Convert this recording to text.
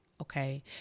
Okay